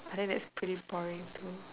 I think that's pretty boring too